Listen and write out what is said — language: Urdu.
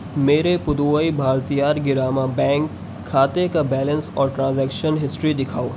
میرے پدووئی بھارتیار گرامہ بینک کھاتے کا بیلنس اور ٹرانزیکشن ہسٹری دکھاؤ